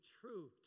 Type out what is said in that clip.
true